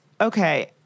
Okay